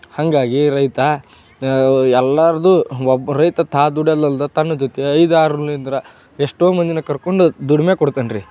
ಹಾಗಾಗಿ ರೈತ ಎಲ್ಲರ್ದೂ ಒಬ್ಬ ರೈತ ತಾ ದುಡ್ಯಲ್ದಲ್ದೆ ತನ್ನ ಜೊತೆ ಐದು ಆರರಿಂದ ಎಷ್ಟೋ ಮಂದಿನ ಕರ್ಕೊಂಡು ದುಡಿಮೆ ಕೊಡ್ತಾನ್ರೀ